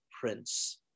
prince